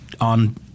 on